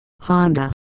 Honda